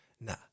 nah